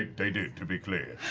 like they did, to be clear.